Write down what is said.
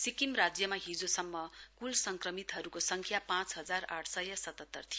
सिक्किम राज्यमा हिजोसम्म क्ल संक्रमितहरूको संख्या पाँच हजार आठ सय सतातर थियो